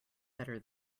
better